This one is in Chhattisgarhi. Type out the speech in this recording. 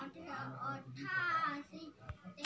धान के अलावा कौन फसल हमर बर लाभदायक होही जेला खेती करबो?